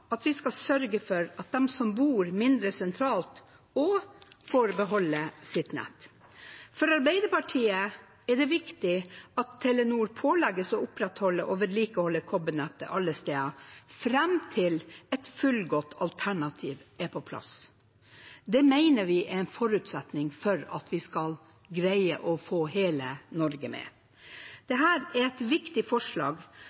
at vi skal sørge for at de som bor mindre sentralt, får beholde sitt nett. For Arbeiderpartiet er det viktig at Telenor pålegges å opprettholde og vedlikeholde kobbernettet alle steder, fram til et fullgodt alternativ er på plass. Det mener vi er en forutsetning for at vi skal greie å få hele Norge med.